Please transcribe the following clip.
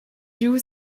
giu